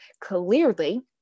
clearly